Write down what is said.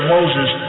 Moses